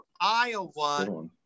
Iowa